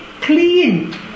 clean